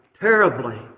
terribly